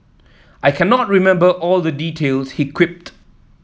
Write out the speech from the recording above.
I cannot remember all the details he quipped